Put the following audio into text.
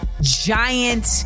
giant